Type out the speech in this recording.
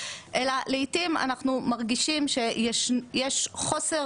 אלא לעתים אנחנו מרגישים שיש חוסר